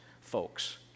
folks